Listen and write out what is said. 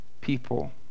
people